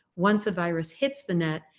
once a virus hits the net,